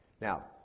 Now